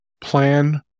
plan